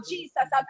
Jesus